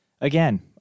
Again